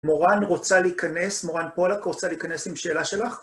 מורן רוצה להיכנס, מורן פולק רוצה להיכנס עם שאלה שלך?